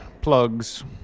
plugs